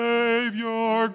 Savior